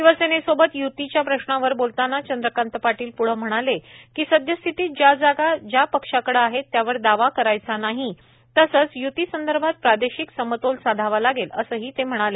शिवसेने सोबत य्तीच्या प्रश्नावर बोलताना चंद्रकांत पाटील प्ढं म्हणाले की सद्य स्थितीत ज्या जागा ज्या पक्षाकडे आहे त्यावर दावा करायचा नाही तसंच य्तीसंदर्भात प्रादेशिक समतोल साधावा लागेल असंही ते म्हणाले